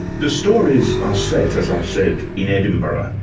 the stories are set, as i've said, in edinburgh,